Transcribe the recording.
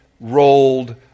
rolled